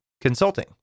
consulting